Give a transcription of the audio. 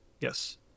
Yes